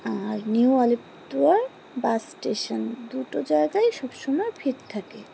আর new Alipurduar bus station দুটো জায়গায় সব সময় ভিড় থাকে